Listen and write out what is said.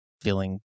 feeling